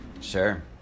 Sure